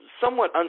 somewhat